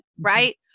right